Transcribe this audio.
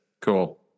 cool